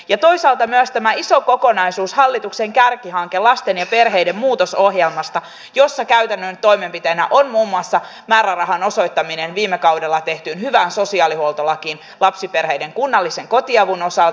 ja toisaalta on myös tämä iso kokonaisuus hallituksen kärkihanke lasten ja perheiden muutosohjelmasta jossa käytännön toimenpiteenä on muun muassa määrärahan osoittaminen viime kaudella tehtyyn hyvään sosiaalihuoltolakiin lapsiperheiden kunnallisen kotiavun osalta